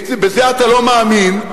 בזה אתה לא מאמין.